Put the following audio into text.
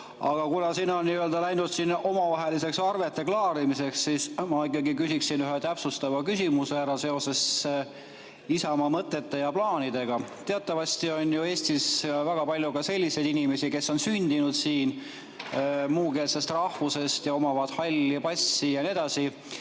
Aga kuna siin on läinud omavaheliseks arvete klaarimiseks, siis ma ikkagi küsiksin ühe täpsustava küsimuse ära seoses Isamaa mõtete ja plaanidega. Teatavasti on Eestis väga palju ka selliseid inimesi, kes on sündinud siin, on muukeelsest rahvusest, omavad halli passi jne,